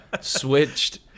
switched